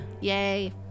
Yay